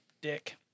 Dick